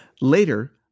Later